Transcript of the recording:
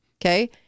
Okay